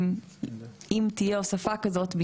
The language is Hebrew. אם תהיה הוספה כזאת,